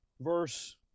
verse